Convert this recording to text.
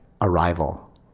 Arrival